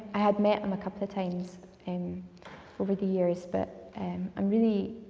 i had met him a couple of times and over the years, but um i'm really.